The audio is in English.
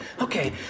Okay